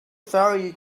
ferry